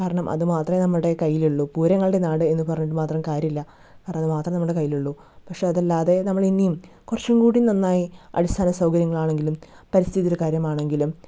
കാരണം അതു മാത്രമെ നമ്മളുടെ കയ്യിലുള്ളു പൂരങ്ങളുടെ നാട് എന്ന് പറഞ്ഞതു കൊണ്ട് മാത്രം കാര്യമില്ല കാരണം അതു മാത്രം നമ്മളുടെ കയ്യിലുള്ളു പക്ഷെ അതല്ലാതെ നമ്മളിനിയും കുറച്ചും കൂടിയും നന്നായി അടിസ്ഥാന സൗകര്യങ്ങളാണെങ്കിലും പരിസ്ഥിതിയുടെ കാര്യമാണെങ്കിലും